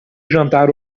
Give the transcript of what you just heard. jantar